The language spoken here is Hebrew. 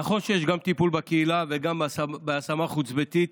נכון שיש גם טיפול בקהילה וגם בהשמה חוץ-ביתית,